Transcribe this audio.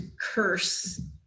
curse